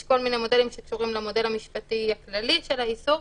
יש כל מיני מודלים שקשורים למודל המשפטי הכללי של האיסור,